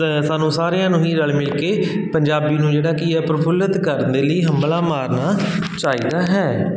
ਸਾਨੂੰ ਸਾਰਿਆਂ ਨੂੰ ਹੀ ਰਲ ਮਿਲ ਕੇ ਪੰਜਾਬੀ ਨੂੰ ਜਿਹੜਾ ਕੀ ਆ ਪ੍ਰਫੁੱਲਿਤ ਕਰਨ ਦੇ ਲਈ ਹੰਭਲਾ ਮਾਰਨਾ ਚਾਹੀਦਾ ਹੈ